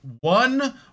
one